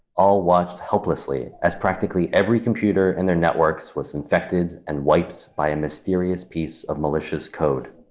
all watched helplessly as practically every computer in their network was infected and wiped by a mysterious piece of malicious code.